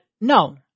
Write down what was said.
no